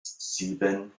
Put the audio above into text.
sieben